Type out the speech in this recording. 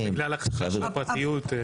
בגלל הפרטיות.